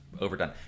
overdone